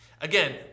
Again